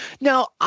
Now